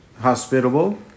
hospitable